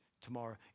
tomorrow